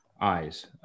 eyes